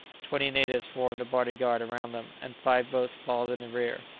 twenty natives formed a body-guard around them, and five boats followed in their rear.